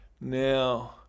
Now